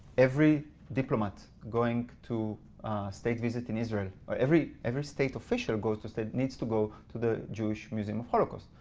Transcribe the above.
every diplomat going to state visit in israel, or every every state official goes to state needs to go to the jewish museum of holocaust.